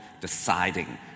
deciding